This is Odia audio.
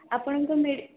ଆପଣଙ୍କ ମେଡ଼ି